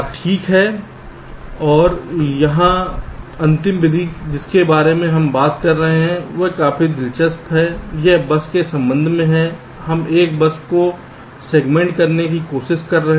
ठीक है और यहां अंतिम विधि जिसके बारे में हम बात करते हैं वह काफी दिलचस्प है यह बस के संबंध में है हम एक बस को सेगमेंट करने की कोशिश कर रहे हैं